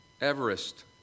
Everest